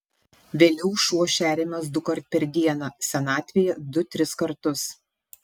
vėliau šuo šeriamas dukart per dieną senatvėje du tris kartus